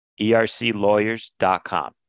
erclawyers.com